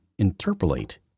interpolate